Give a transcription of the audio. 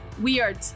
weird